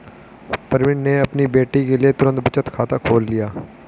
प्रवीण ने अपनी बेटी के लिए तुरंत बचत खाता खोल लिया